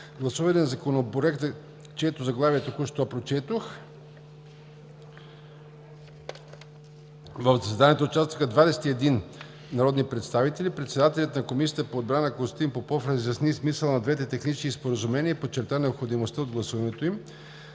гласуване Законопроект, чието заглавие току-що прочетох. В заседанието участваха 21 народни представители. Председателят на Комисията по отбрана Константин Попов разясни смисъла на двете технически споразумения и подчерта необходимостта от гласуването им.